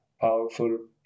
powerful